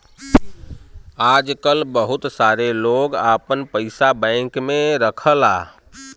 आजकल बहुत सारे लोग आपन पइसा बैंक में रखला